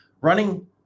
running